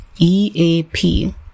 EAP